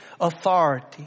authority